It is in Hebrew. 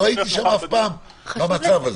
לא הייתי שם אף פעם במצב הזה.